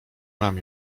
mam